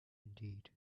indeed